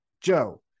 Joe